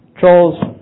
Charles